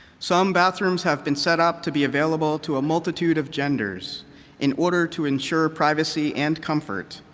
some bathrooms have been set up to be available to a multitude of genders in order to ensure privacy and comfort.